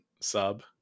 sub